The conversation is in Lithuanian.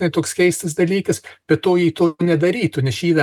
tu žinai toks keistas dalykas be to ji to nedarytų nes čia yra ji